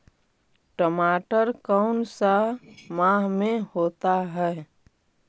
टमाटर कौन सा माह में होता है?